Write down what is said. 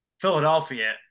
Philadelphia